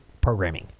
programming